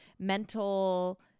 mental